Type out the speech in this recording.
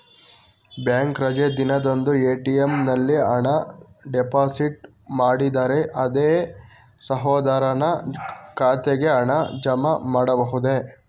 Bank ರಜೆ ದಿನದಂದು ATM ನಲ್ಲಿ ಹಣ ಡಿಪಾಸಿಟ್ ಮಾಡಿದರೆ ಅಂದೇ ಸಹೋದರನ ಖಾತೆಗೆ ಹಣ ಜಮಾ ಆಗಬಹುದೇ?